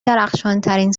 درخشانترین